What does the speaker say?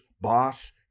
boss